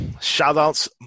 shout-outs